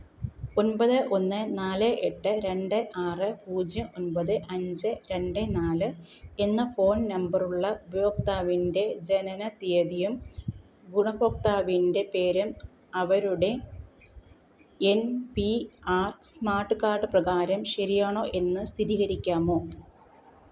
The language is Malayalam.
ഒമ്പത് ഒന്ന് നാല് എട്ട് രണ്ട് ആറ് പൂജ്യം ഒമ്പത് അഞ്ച് രണ്ട് നാല് എന്ന ഫോൺ നമ്പറുള്ള ഉപയോക്താവിന്റെ ജനനത്തീയതിയും ഗുണഭോക്താവിന്റെ പേരും അവരുടെ N P R smart card പ്രകാരം ശരിയാണോ എന്ന് സ്ഥിരീകരിക്കാമോ